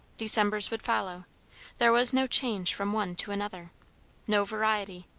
december's would follow there was no change from one to another no variety.